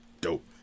dope